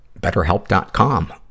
BetterHelp.com